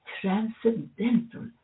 transcendental